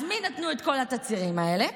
אז מי נתנו את כל התצהירים האלה?